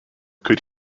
could